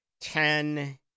ten